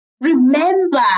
Remember